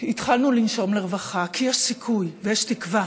התחלנו לנשום לרווחה, כי יש סיכוי ויש תקווה.